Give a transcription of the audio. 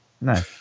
no